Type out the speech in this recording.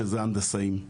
שזה ההנדסאים.